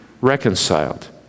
reconciled